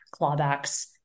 clawbacks